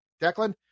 Declan